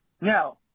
Now